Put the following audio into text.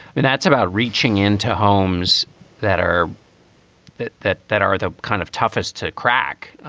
and that's about reaching into homes that are that that that are the kind of toughest to crack.